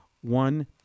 One